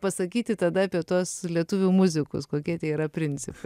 pasakyti tada apie tuos lietuvių muzikus kokie tie yra principai